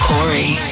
Corey